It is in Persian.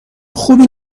خوبی